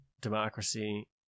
democracy